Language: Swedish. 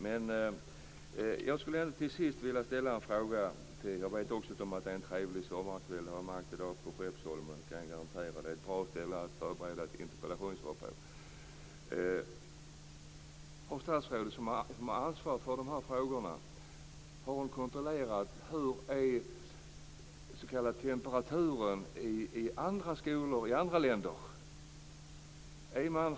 Till sist skulle jag vilja ställa en fråga till statsrådet - också jag är medveten om att det är en trevlig sommarkväll; det har jag märkt tidigare i dag ute på Skeppsholmen och jag kan garantera att det är ett bra ställe för att förbereda en interpellation: Har statsrådet, som har ansvaret för de här frågorna, kontrollerat hur den s.k. temperaturen är i skolor i andra länder?